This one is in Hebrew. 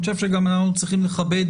אני חושב שאנחנו גם צריכים לכבד,